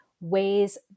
ways